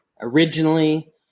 originally